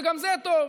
וגם זה טוב,